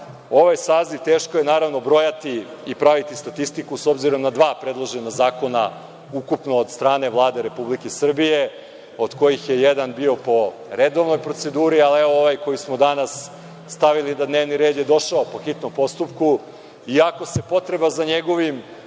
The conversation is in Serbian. ovaj saziv, teško je naravno brojati i praviti statistiku, s obzirom na dva predložena zakona ukupno od strane Vlade Republike Srbije, od kojih je jedan bio po redovnoj proceduri, ali evo ovaj koji smo danas stavili na dnevni red je došao po hitnom postupku i ako se o potrebi za njegovim